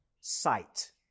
sight